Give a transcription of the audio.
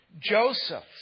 Joseph